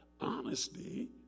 honesty